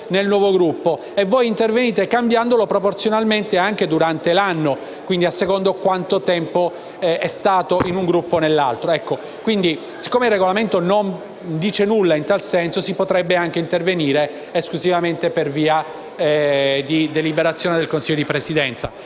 nel nuovo Gruppo, e voi intervenite cambiandolo proporzionalmente anche durante l'anno, quindi a seconda di quanto tempo il senatore è stato in un Gruppo o in un altro. Siccome il Regolamento non dice nulla in tal senso, si potrebbe anche intervenire esclusivamente con una deliberazione del Consiglio di Presidenza